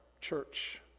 church